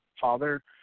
Father